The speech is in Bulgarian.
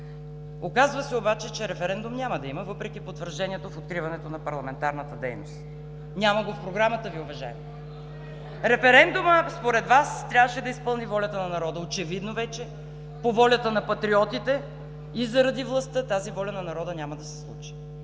Оказва се обаче, че референдум няма да има, въпреки потвържденията при откриването на парламентарната дейност. Няма го в програмата Ви, уважаеми! (Шум и реплики от ГЕРБ.) Референдумът според Вас трябваше да изпълни волята на народа. Очевидно вече, по волята на патриотите и заради властта, тази воля на народа няма да се случи,